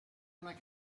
una